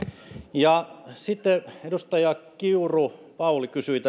sitten edustaja kiuru pauli kysyi